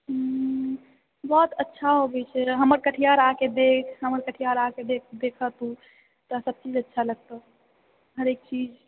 हम्म बहुत अच्छा होवे छै हमर कटिहार आर के देख हमर कटिहार आरके देखि तऽ सबचीज अच्छा लगतौ हरेक चीज